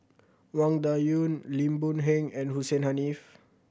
Wang Dayuan Lim Boon Heng and Hussein Haniff